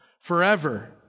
Forever